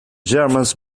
germans